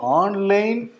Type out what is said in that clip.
online